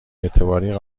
اعتباری